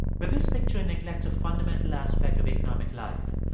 but this picture neglects a fundamental aspect of economic life.